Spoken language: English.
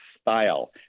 style